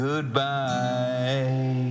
Goodbye